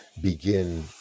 begin